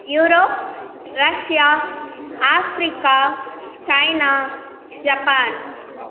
Europe Russia Africa China Japan